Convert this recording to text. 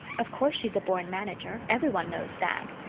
of course, she's a born manager everyone knows that.